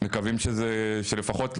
מקווים שלפחות,